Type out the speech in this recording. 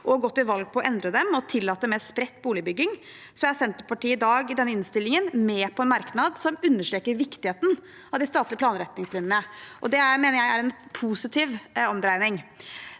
ha gått til valg på å endre dem og tillate mer spredt boligbygging, er Senterpartiet i dag i denne innstillingen med på en merknad som understreker viktigheten av de statlige planretningslinjene. Det mener jeg er en positiv omdreining.